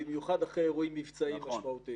במיוחד אחרי אירועים מבצעיים משמעותיים.